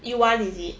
you want is it